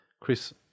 Chris